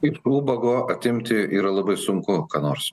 iš ubago atimti yra labai sunku ką nors